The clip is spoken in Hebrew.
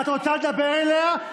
את רוצה לדבר אליה?